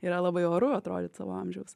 yra labai oru atrodyt savo amžiaus